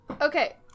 Okay